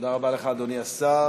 תודה רבה לך, אדוני השר.